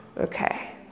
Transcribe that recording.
okay